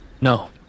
no